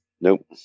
nope